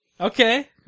Okay